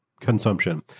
consumption